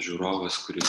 žiūrovas kuris